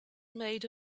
made